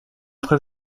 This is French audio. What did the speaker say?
très